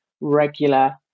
regular